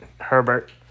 Herbert